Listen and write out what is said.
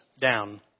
down